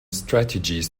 strategies